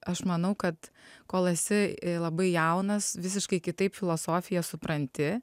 aš manau kad kol esi labai jaunas visiškai kitaip filosofiją supranti